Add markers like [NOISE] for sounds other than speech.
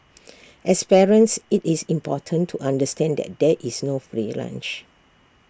[NOISE] as parents IT is important to understand that there is no free lunch